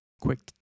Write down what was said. quick